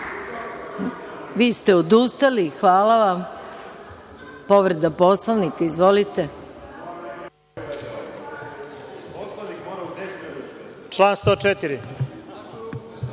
Vi ste odustali i hvala vam. Povreda Poslovnika. Izvolite.